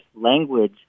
language